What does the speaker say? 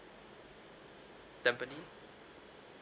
tampine~